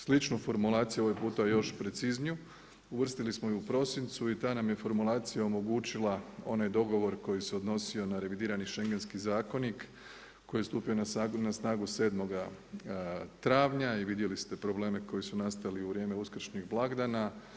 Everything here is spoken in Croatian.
Sličnu formulaciju ovaj puta još precizniju uvrstili smo ju u prosincu i ta nam je formulacija omogućila onaj dogovor koji se odnosio na revidirani šengenski zakonik koji je stupio na snagu 7. travnja i vidjeli ste probleme koji su nastali u vrijeme uskršnjih blagdana.